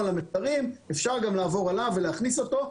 אפשר לעבור גם עליו ולהכניס אותו,